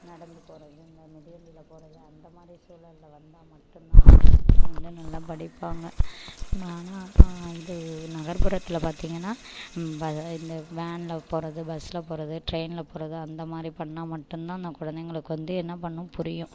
நடந்து போகிறது இல்லை மிதி வண்டியில போகிறது அந்த மாதிரி சூழல்ல வந்தால் மட்டுந்தான் வந்து நல்லா படிப்பாங்கள் ஆனால் இது நகர்புறத்தில் பார்த்திங்கனா இப்போ இது இந்த வேன்ல போகிறது பஸ்ல போகிறது ட்ரெயின்ல போகிறது அந்த மாதிரி பண்ணால் மட்டுந்தான் அந்த குழந்தைங்களுக்கு வந்து என்ன பண்ணும் புரியும்